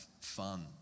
fun